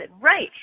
Right